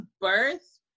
birth